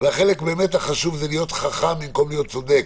החלק באמת החשוב זה להיות חכם במקום להיות צודק,